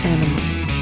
Animals